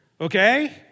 okay